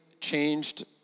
changed